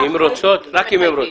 רק אם הן רוצות.